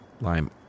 Lime